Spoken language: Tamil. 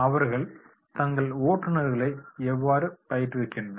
அவர்கள் தங்கள் ஓட்டுநர்களை எவ்வாறு பயிற்றுவிக்கின்றனர்